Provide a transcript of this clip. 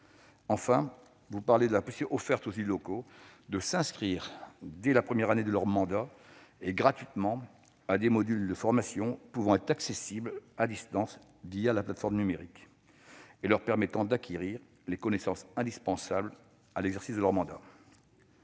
enfin de la possibilité offerte aux élus locaux de s'inscrire, dès la première année de leur mandat et gratuitement, à des modules de formations pouvant être accessibles à distance la plateforme numérique et leur permettant d'acquérir les connaissances indispensables à l'exercice de leur mandat.